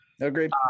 Agreed